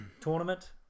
tournament